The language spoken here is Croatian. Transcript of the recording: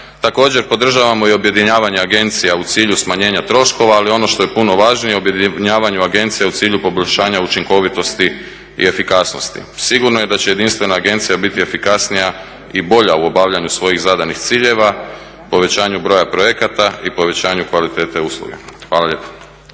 Također podržavamo i objedinjavanje agencija u cilju smanjenja troškova, ali ono što je puno važnije, objedinjavanje agencija u cilju poboljšanja učinkovitosti i efikasnosti. Sigurno je da će jedinstvena agencija biti efikasnija i bolja u obavljaju svojih zadanih ciljeva, povećanju broja projekata i povećanju kvalitete usluge. Hvala lijepo.